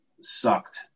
sucked